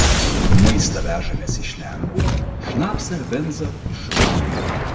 maistą vežamės iš lenkų šnapsą ir benzą iš rusų